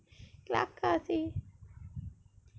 kelakar seh